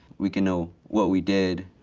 we can know what we did,